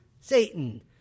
Satan